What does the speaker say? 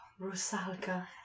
Rusalka